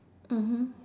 mmhmm